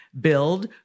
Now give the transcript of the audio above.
Build